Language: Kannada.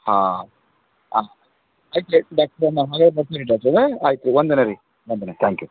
ಹಾಂ ಆಯ್ತು ರೀ ಡಾಕ್ಟ್ರೇ ನಾವು ನಾಳೆ ಬರ್ತೀವಿ ಡಾಕ್ಟರೇ ಆಯ್ತು ರೀ ವಂದನೆ ರೀ ವಂದನೆ ತ್ಯಾಂಕ್ ಯು